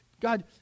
God